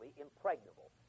impregnable